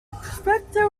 expected